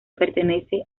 pertenece